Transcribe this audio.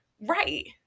Right